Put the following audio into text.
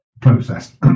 process